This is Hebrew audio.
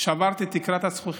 שברת את תקרת הזכוכית,